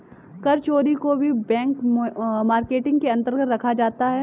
कर चोरी को भी ब्लैक मार्केटिंग के अंतर्गत रखा जाता है